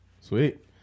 sweet